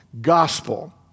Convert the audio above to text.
gospel